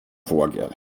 fågel